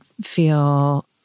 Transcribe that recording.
feel